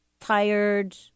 tired